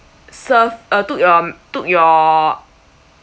serve uh took your took your